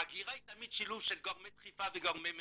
ההגירה היא תמיד שילוב של גורמי דחיפה וגורמי משיכה.